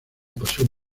pasión